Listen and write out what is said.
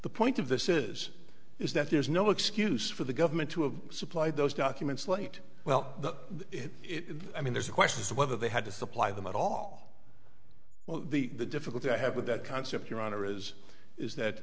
the point of this is is that there's no excuse for the government to have supplied those documents late well the it i mean there's a question of whether they had to supply them at all well the the difficulty i have with that concept your honor is is that